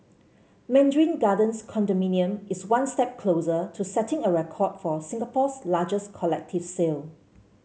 mandarin Gardens condominium is one step closer to setting a record for Singapore's largest collective sale